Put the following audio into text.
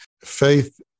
faith